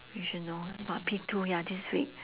you should know about P two ya this week